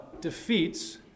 defeats